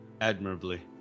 Admirably